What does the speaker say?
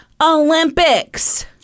Olympics